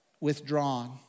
withdrawn